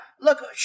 look